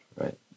right